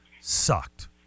sucked